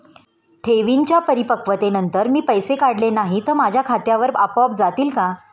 ठेवींच्या परिपक्वतेनंतर मी पैसे काढले नाही तर ते माझ्या खात्यावर आपोआप जातील का?